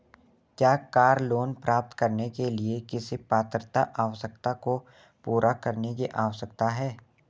क्या car loan प्राप्त करने के लिए किसी पात्रता आवश्यकता को पूरा करने की आवश्यकता है?